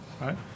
right